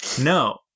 No